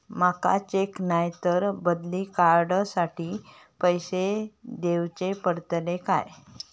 माका चेक नाय तर बदली कार्ड साठी पैसे दीवचे पडतले काय?